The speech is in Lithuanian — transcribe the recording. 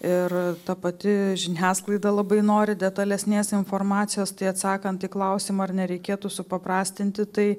ir ta pati žiniasklaida labai nori detalesnės informacijos tai atsakant į klausimą ar nereikėtų supaprastinti tai